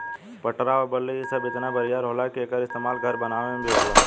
पटरा आ बल्ली इ सब इतना बरियार होला कि एकर इस्तमाल घर बनावे मे भी होला